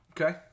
Okay